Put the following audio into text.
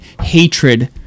hatred